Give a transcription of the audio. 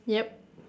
yup